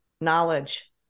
knowledge